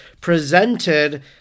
presented